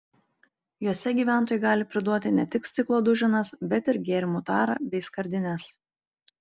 juose gyventojai gali priduoti ne tik stiklo duženas bet ir gėrimų tarą bei skardines